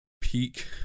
peak